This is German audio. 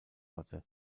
hatte